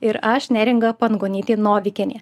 ir aš neringa pangonytė novikienė